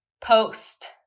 post